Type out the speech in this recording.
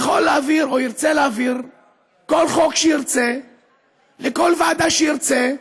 ירצה להעביר כל חוק שירצה לכל ועדה שירצה,